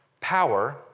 power